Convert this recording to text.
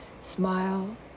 Smile